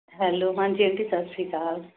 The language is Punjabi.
ਹੈਲੋ ਹਾਂਜੀ ਆਂਟੀ ਸਤਿ ਸ਼੍ਰੀ ਅਕਾਲ